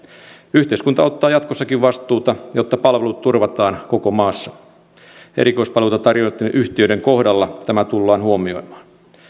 yhteiskunta ottaa jatkossakin vastuuta jotta palvelut turvataan koko maassa erikoispalveluita tarjoavien yhtiöiden kohdalla tämä tullaan huomioimaan